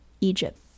Egypt